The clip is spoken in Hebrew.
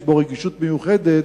יש בו רגישות מיוחדת,